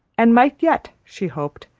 and might yet, she hoped,